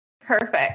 Perfect